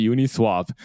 Uniswap